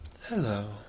Hello